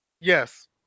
Yes